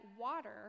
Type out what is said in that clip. water